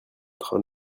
train